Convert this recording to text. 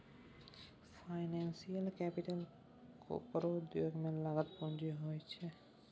financial capital केकरो उद्योग में लागल पूँजी होइ छै